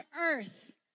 earth